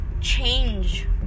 change